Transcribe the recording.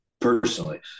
personally